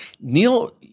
Neil